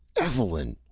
evelyn!